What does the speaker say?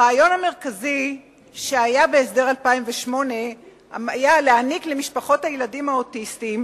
הרעיון המרכזי שהיה בהסדר 2008 היה להעניק למשפחות הילדים האוטיסטים